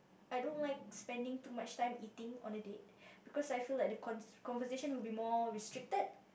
I don't like spending too much time eating on a date because I feel like the con~ conversation will be more restricted